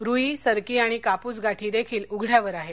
रुई सरकी आणि कापूस गाठीदेखील उघड्यावर आहेत